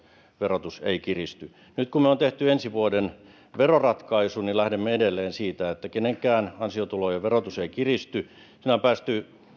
verotus ei kiristy nyt kun me olemme tehneet ensi vuoden veroratkaisun niin lähdemme edelleen siitä että kenenkään ansiotulojen verotus ei kiristy siinä on päästy